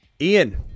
Ian